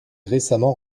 récemment